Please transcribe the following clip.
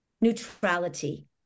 neutrality